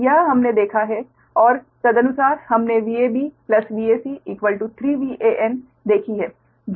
तो यह हमने देखा है और तदनुसार हमने Vab Vac 3 Van देखी है